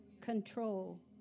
control